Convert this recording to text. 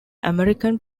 american